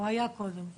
לקהלים חדשים